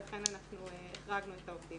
לכן אנחנו החרגנו את העובדים.